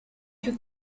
più